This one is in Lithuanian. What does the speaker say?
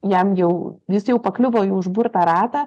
jam jau jis jau pakliuvo į užburtą ratą